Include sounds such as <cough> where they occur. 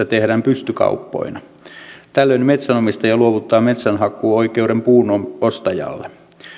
<unintelligible> tehdään pystykauppoina tällöin metsänomistaja luovuttaa metsänhakkuuoikeuden puun ostajalle